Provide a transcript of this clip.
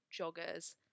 joggers